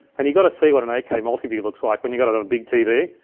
and you gotta see what an eight k multiview looks like when you got it on a big tv,